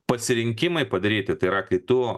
pasirinkimai padaryti tai yra kai tu